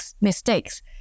mistakes